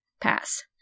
Pass